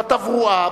בתברואה,